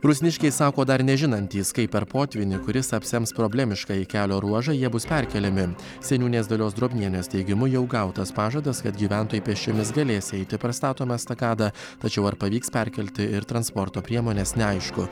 rusniškiai sako dar nežinantys kaip per potvynį kuris apsems problemiškąjį kelio ruožą jie bus perkeliami seniūnės dalios drobnienės teigimu jau gautas pažadas kad gyventojai pėsčiomis galės eiti per statomą estakadą tačiau ar pavyks perkelti ir transporto priemones neaišku